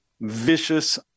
vicious